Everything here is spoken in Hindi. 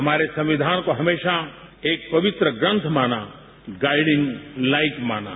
हमारे संविधान को हमेशा एक पवित्र ग्रंथ माना गाइडिंग लाइक माना